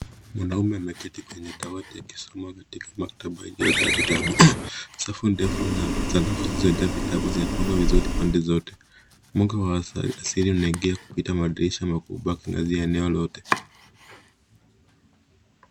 Mwanaume ameketi kwenye dawati akisoma katika maktaba iliojaa vitabu. Safu ndefu na sakafu zilizojaa vitabu zimepangwa vizuri pande zote. Mwanga wa asili unaingia kupitia madirisha makubwa yakiangazia eneo lote.